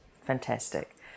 Fantastic